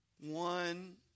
One